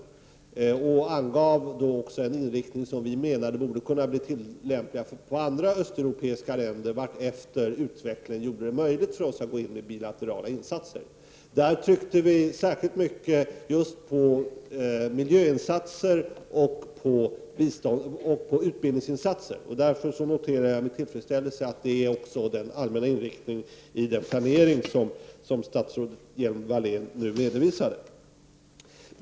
I den angav vi en inriktning i av biståndet som vi menade borde kunna tillämpas även på andra östeuropeiska länder vartefter utvecklingen gjorde det möjligt för oss att gå in med bilaterala insatser. Vi framhöll särskilt miljöinsatser och utbildningsinsatser. Därför noterar jag med tillfredsställelse att detta också är den allmännna inriktningen i den planering som statsrådet Hjelm-Wallén nu redovisade.